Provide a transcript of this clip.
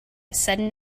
sudden